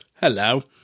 Hello